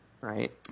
Right